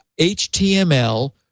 HTML